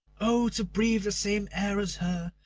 oh, to breathe the same air as her,